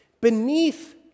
Beneath